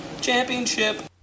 Championship